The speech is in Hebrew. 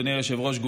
אדוני היושב-ראש,